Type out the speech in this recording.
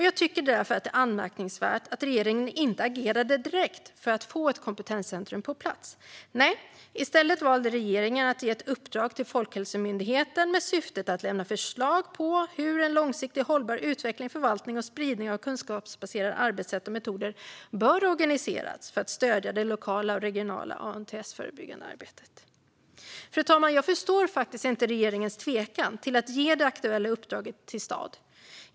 Jag tycker därför att det är anmärkningsvärt att regeringen inte agerade direkt för att få ett kompetenscentrum på plats. Nej, i stället valde regeringen att ge ett uppdrag till Folkhälsomyndigheten med syftet att lämna förslag på hur en långsiktigt hållbar utveckling, förvaltning och spridning av kunskapsbaserade arbetssätt och metoder bör organiseras för att stödja det lokala och regionala ANDTS-förebyggande arbetet. Fru talman! Jag förstår faktiskt inte regeringens tvekan att ge det aktuella uppdraget till STAD.